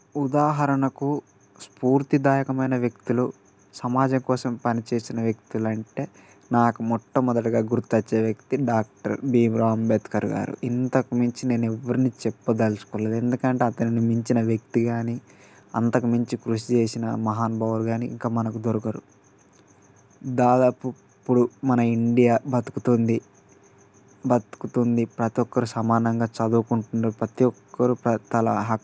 ఉదాహరణకు స్ఫూర్తిదాయకమైన వ్యక్తులు సమాజం కోసం పనిచేసిన వ్యక్తులు అంటే నాకు మొట్టమొదటిగా గుర్తుచే వ్యక్తి డాక్టర్ భీమ్రావ్ అంబేద్కర్ గారు ఇంతకుమించి నేను ఎవరిని చెప్పదలుచుకోలేదు ఎందుకంటే అతనిని మించిన వ్యక్తి కానీ అంతకుమించి కృషి చేసిన మహానుభావులు కానీ ఇంకా మనకు దొరకరు దాదాపు ఇప్పుడు మన ఇండియా బతుకుతుంది బతుకుతుంది ప్రతి ఒక్కరు సమానంగా చదువుకుంటుండ్రు ప్రతి ఒక్కరు తమ